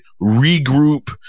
regroup